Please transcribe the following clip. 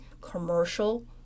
commercial